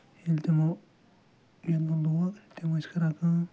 ییٚلہِ تِمو گِنٛدُن لوگ تِم ٲسۍ کَران کٲم